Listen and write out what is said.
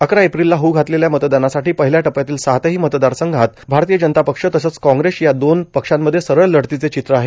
अकरा एप्रिलला होऊ घातलेल्या मतदानासाठी पहिल्या टप्प्यातील सातही मतदारसंघात भारतीय जनता पक्ष तसंच काँग्रेस या दोन पक्षांमध्ये सरळ लढतीचे चित्र आहेत